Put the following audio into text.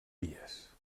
vies